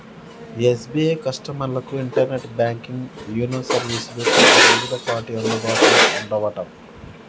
SBI కస్టమర్లకు internet banking YONO సర్వీసులు కొద్ది రోజులపాటు అందుబాటులో ఉండవట